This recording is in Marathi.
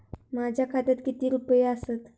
माझ्या खात्यात कितके रुपये आसत?